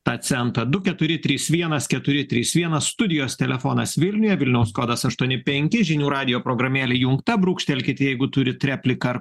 tą centą du keturi trys vienas keturi trys vienas studijos telefonas vilniuje vilniaus kodas aštuoni penki žinių radijo programėlė įjungta brūkštelkit jeigu turit repliką ar